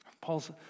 Paul's